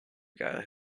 guy